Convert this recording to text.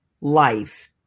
life